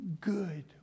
Good